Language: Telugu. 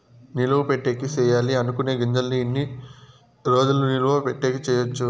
నిలువ పెట్టేకి సేయాలి అనుకునే గింజల్ని ఎన్ని రోజులు నిలువ పెట్టేకి చేయొచ్చు